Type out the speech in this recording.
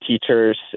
teachers